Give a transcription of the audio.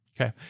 Okay